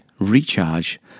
recharge